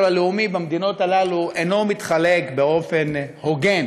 הלאומי במדינות האלה אינו מתחלק באופן הוגן,